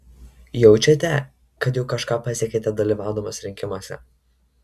jaučiate kad jau kažką pasiekėte dalyvaudamas rinkimuose